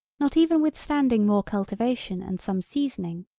not even withstanding more cultivation and some seasoning,